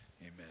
amen